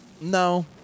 No